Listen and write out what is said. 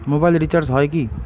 Mobile recharge হয় কি?